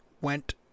went